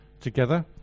together